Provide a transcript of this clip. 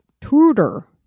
Tudor